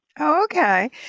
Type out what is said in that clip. Okay